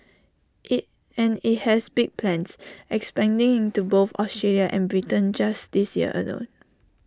hey and IT has big plans expanding into both Australia and Britain just this year alone